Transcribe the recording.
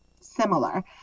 similar